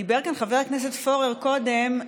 דיבר כאן חבר הכנסת פורר קודם.